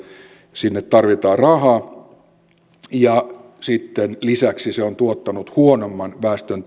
sinne tarvitaan rahaa sitten lisäksi se on tuottanut huonomman väestön